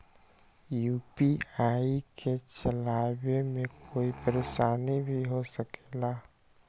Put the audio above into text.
UPI के चलावे मे कोई परेशानी भी हो सकेला?